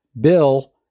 Bill